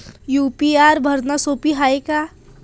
UPI भरनं सोप हाय का?